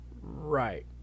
Right